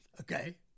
okay